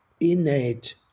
innate